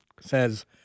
says